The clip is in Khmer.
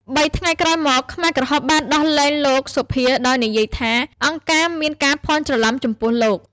៣ថ្ងៃក្រោយមក ខ្មែរក្រហមបានដោះលែងលោក សូភា ដោយនិយាយថា អង្គការមានការភ័ន្តច្រឡំចំពោះលោក។